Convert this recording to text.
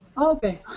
Okay